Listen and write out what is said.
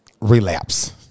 Relapse